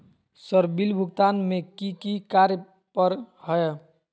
Sir bill भुगतान में की की कार्य पर हहै?